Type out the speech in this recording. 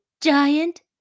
Giant